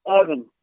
Evan